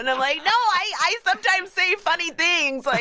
and like, no, i sometimes say funny things. like,